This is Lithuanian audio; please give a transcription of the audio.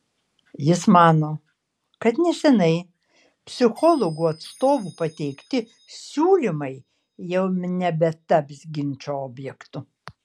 jis mano kad neseniai psichologų atstovų pateikti siūlymai jau nebetaps ginčo objektu